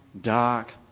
dark